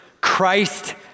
Christ